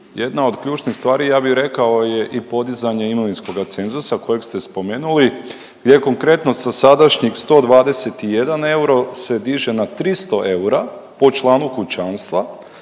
jedna od ključnih stvari, ja bih rekao je i podizanje imovinskoga cenzusa kojeg ste spomenuli gdje je konkretno sa sadašnjih 121 euro se diže na 300 eura po članu kućanstva,